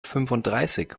fünfunddreißig